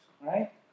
right